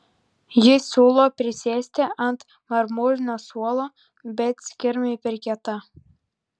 ji siūlo prisėsti ant marmurinio suolo bet skirmai per kieta